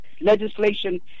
legislation